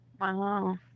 Wow